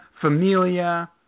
Familia